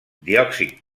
diòxid